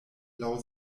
laŭ